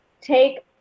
take